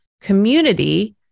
community